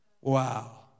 Wow